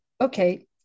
okay